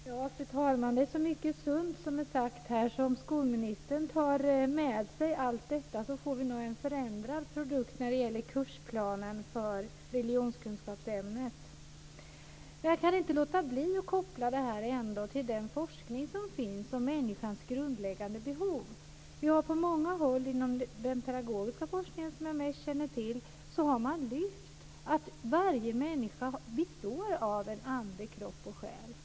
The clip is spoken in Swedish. Fru talman! Det är mycket som är sunt som sagts här. Om skolministern tar med sig allt detta får vi nog en förändrad produkt när det gäller kursplanen för religionskunskapsämnet. Jag kan inte låta bli att koppla detta till den forskning som finns om människans grundläggande behov. På många håll inom den pedagogiska forskningen, som är det som jag mest känner till, har man lyft fram att varje människa består av ande, kropp och själ.